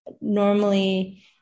normally